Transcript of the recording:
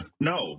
No